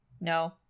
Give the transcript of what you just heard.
No